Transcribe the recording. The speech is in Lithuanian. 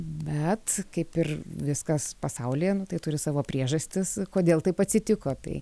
bet kaip ir viskas pasaulyje nu tai turi savo priežastis kodėl taip atsitiko tai